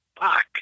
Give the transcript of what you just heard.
fuck